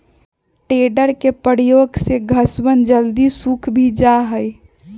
tedder के प्रयोग से घसवन जल्दी सूख भी जाहई